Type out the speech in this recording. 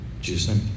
Jesus